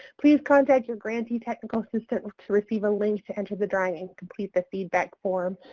please contact your grantee technical assistant to receive a link to enter the drawing and complete the feedback form.